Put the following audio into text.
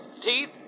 teeth